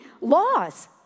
laws